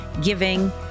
giving